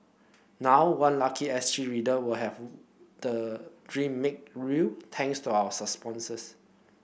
now one lucky S T reader will have the dream made real thanks to our sponsors